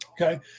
Okay